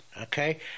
okay